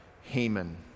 Haman